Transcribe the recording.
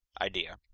idea